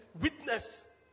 witness